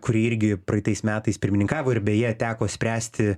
kuri irgi praeitais metais pirmininkavo ir beje teko spręsti